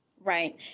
Right